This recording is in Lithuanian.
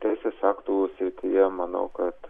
teisės aktų srityje manau kad